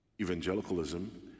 evangelicalism